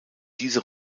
diese